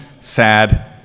sad